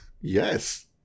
Yes